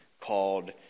called